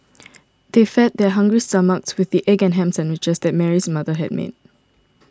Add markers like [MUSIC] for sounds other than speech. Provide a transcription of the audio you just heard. [NOISE] they fed their hungry stomachs with the egg and ham sandwiches that Mary's mother had made